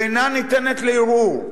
שאינה ניתנת לערעור.